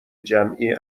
جمعی